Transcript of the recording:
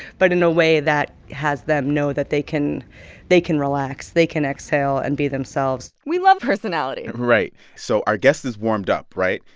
but in a way that has them know that they can they can relax. they can exhale and be themselves we love personality right. so our guest is warmed up, right?